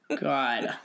god